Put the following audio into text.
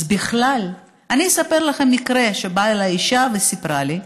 אז בכלל אספר לכם מקרה: באה אליי אישה וסיפרה לי.